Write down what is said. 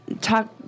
talk